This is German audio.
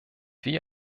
wir